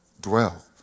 dwell